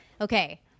Okay